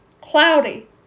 cloudy